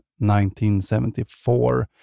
1974